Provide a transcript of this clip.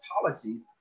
policies